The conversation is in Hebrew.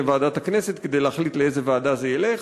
לוועדת הכנסת כדי להחליט לאיזו ועדה זה ילך.